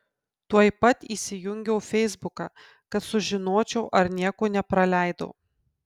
tuoj pat įsijungiau feisbuką kad sužinočiau ar nieko nepraleidau